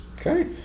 Okay